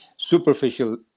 Superficial